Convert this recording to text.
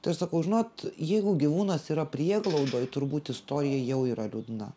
tai aš sakau žinot jeigu gyvūnas yra prieglaudoj turbūt istorija jau yra liūdna